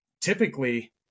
Typically